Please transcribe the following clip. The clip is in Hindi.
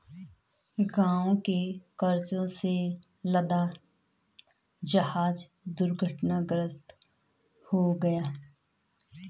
गोवा में कार्गो से लदा जहाज दुर्घटनाग्रस्त हो गया